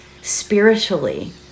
spiritually